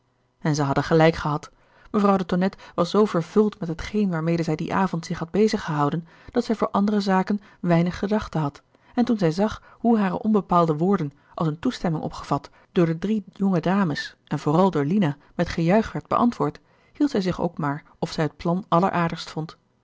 en zij hadden gelijk gehad mevrouw de tonnette was zoo vervuld met hetgeen waarmede zij dien avond zich had beziggehouden dat zij voor andere zaken weinig gedachte had en toen zij zag hoe hare onbepaalde woorden als eene gerard keller het testament van mevrouw de tonnette toestemming opgevat door de drie jong en dames en vooral door lina met gejuich werd beantwoord hield zij zich ook maar of zij het plan alleraardigst vond